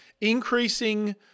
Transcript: increasing